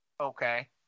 okay